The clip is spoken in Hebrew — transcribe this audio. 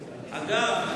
אגב,